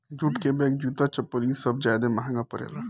jute के bag, जूता, चप्पल इ सब ज्यादे महंगा परेला